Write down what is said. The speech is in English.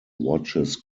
watches